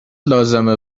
لازمه